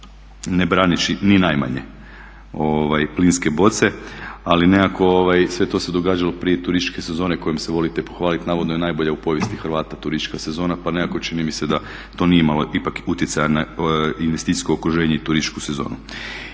ne braneći ni najmanje plinske boce, ali nekako sve to se događalo prije turističke sezone kojom se volite pohvaliti, navodno je najbolja u povijesti Hrvata turistička sezona pa nekako čini mi se da to nije imalo ipak utjecaja na investicijsko okruženje i turističku sezonu.